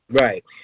Right